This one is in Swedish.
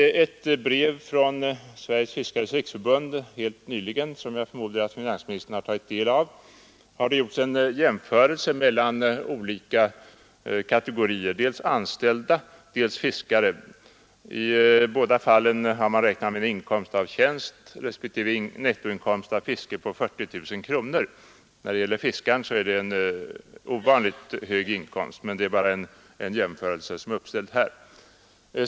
I ett brev från Sveriges fiskares riksförbund helt nyligen, som jag förmodar att finansministern har tagit del av, har det gjorts en jämförelse mellan olika kategorier: dels anställda, dels fiskare. I båda fallen har man räknat med en nettoinkomst av tjänst respektive en nettoinskomst av fiske på 40 000 kronor. För fiskare är detta visserligen en ovanligt hög inkomst, men använd för jämförelsens skull.